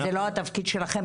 זה לא התפקיד שלכם?